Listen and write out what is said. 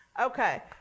Okay